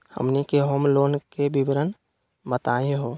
हमनी के home loan के विवरण बताही हो?